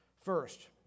First